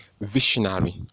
visionary